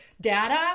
data